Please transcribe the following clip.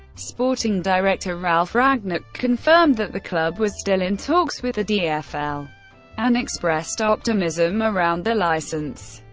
sporting director ralf ragnick confirmed that the club was still in talks with the dfl and expressed optimism around the license.